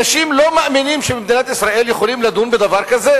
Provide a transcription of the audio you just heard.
אנשים לא מאמינים שבמדינת ישראל יכולים לדון בדבר כזה,